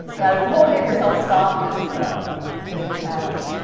yeah it's the whole get yourself stopped, as is the challenge.